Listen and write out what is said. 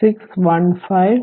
51 what